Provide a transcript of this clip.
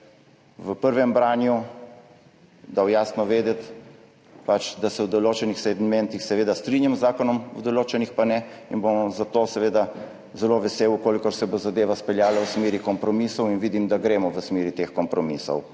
v prvem branju dal jasno vedeti, da se v določenih segmentih seveda strinjam z zakonom, v določenih pa ne. Bom zato zelo vesel, če se bo zadeva izpeljala v smeri kompromisov, in vidim, da gremo v smeri teh kompromisov.